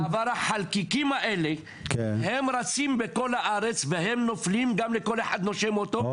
אבל החלקיקים האלה הם רצים בכל הארץ והם נופלים גם לכל אחד נושם אותו,